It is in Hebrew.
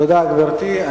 תודה, גברתי.